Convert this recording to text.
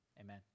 amen